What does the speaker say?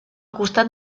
costat